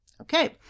Okay